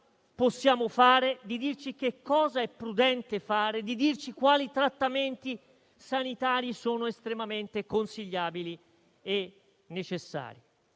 possiamo fare, cosa è prudente fare e quali trattamenti sanitari sono estremamente consigliabili e necessari.